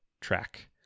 track